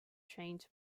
trains